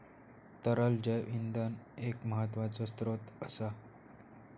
तरल जैव इंधन एक महत्त्वाचो स्त्रोत असा